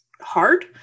hard